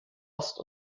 ost